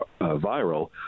viral